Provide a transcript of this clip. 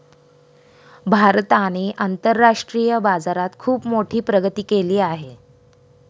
भारताने आंतरराष्ट्रीय बाजारात खुप मोठी प्रगती केली आहे